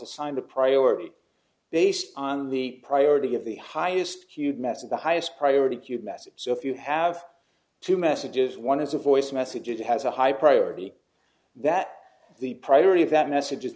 assigned a priority based on the priority of the highest queued message the highest priority queue message so if you have two messages one is a voice message it has a high priority that the priority of that message